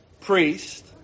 priest